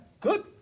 good